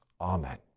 Amen